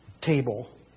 table